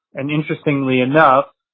and interestingly enough,